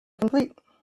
complete